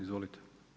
Izvolite.